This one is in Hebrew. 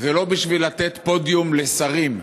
זה לא בשביל לתת פודיום לשרים,